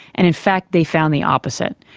and in fact they found the opposite,